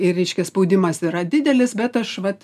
ir reiškia spaudimas yra didelis bet aš vat